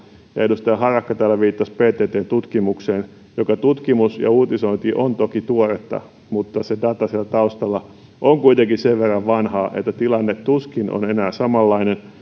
edustaja harakka täällä viittasi pttn tutkimukseen ja tutkimus ja uutisointi on toki tuoretta mutta se data siellä taustalla on kuitenkin sen verran vanhaa että tilanne tuskin on enää samanlainen